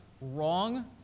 wrong